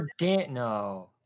No